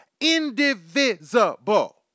Indivisible